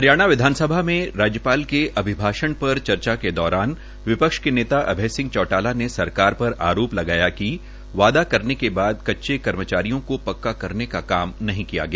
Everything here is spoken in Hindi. हरियाणा विधानसभा में राज्यपाल के अभिभाषण पर चर्चा के दौरान विपक्ष के नेता अभय चौटाला ने सरकार पर आरोप लगाया कि वायदा करने के बाद कच्चे कर्मचारियों को पक्का करने का काम नहीं किया गया